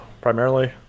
primarily